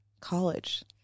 College